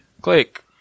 Click